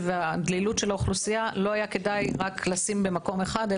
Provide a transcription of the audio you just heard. והדלילות של האוכלוסייה לא היה כדאי לשים רק במקום אחד,